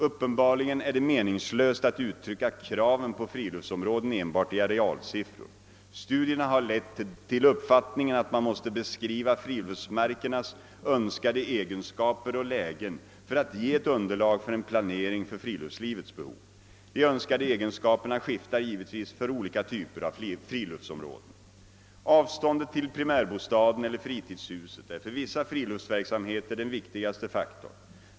Uppenbarligen är det meningslöst att uttrycka kraven på friluftsområden enbart i arealsiffror. Studierna har lett till uppfattningen, att man måste beskriva friluftsmarkernas önskade egenskaper och lägen för att ge ett underlag för en planering för friluftslivets behov. De önskade egenskaperna skiftar givetvis för olika typer av friluftsområden. Avståndet till primärbostaden eller fritidshuset är för vissa friluftsverksamheter den viktigaste faktorn.